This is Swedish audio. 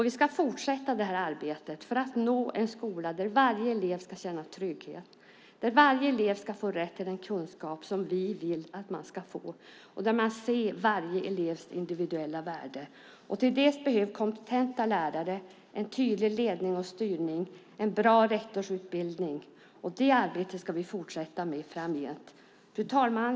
Vi ska fortsätta det här arbetet för att uppnå en skola där varje elev ska känna trygghet, där varje elev ska få rätt till den kunskap som vi vill att de ska få och där man ser varje elevs individuella värde. Förr detta behövs kompetenta lärare, en tydlig ledning och styrning och en bra rektorsutbildning. Det arbetet ska vi fortsätta med framgent. Fru talman!